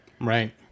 Right